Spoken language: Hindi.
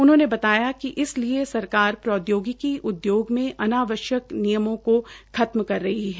उन्होंने बताया कि इसलिए सरकार प्रौदयोगिकी उदयोग में अनावश्यक नियमों को खत्म कर रही है